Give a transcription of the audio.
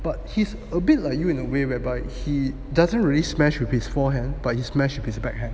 but he's a bit like you in a way whereby he doesn't really smashed with his forehand but he smash with his backhand